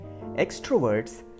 extroverts